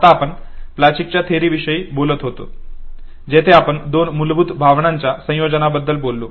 आत्ता आपण प्लचिकच्या थेअरी विषयी बोलत होतो जिथे आपण दोन मूलभूत भावनांच्या संयोजनाबद्दल बोललो